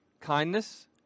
kindness